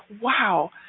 wow